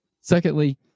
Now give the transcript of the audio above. Secondly